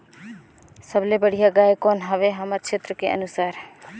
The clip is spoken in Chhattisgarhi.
सबले बढ़िया गाय कौन हवे हमर क्षेत्र के अनुसार?